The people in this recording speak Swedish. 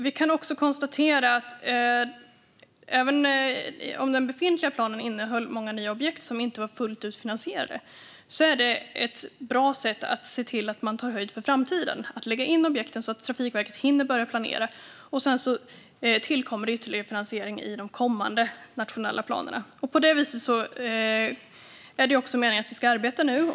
Vi kan också konstatera att även om den befintliga planen innehåller många nya objekt som inte var fullt ut finansierade är det ett bra sätt att se till att man tar höjd för framtiden att lägga in objekten så att Trafikverket hinner börja planera. Sedan tillkommer det ytterligare finansiering i de kommande nationella planerna. På det viset är det meningen att vi ska arbeta nu.